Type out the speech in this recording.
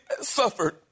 suffered